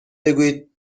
بگویید